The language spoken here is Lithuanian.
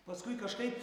paskui kažkaip